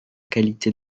qualité